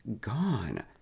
gone